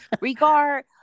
regard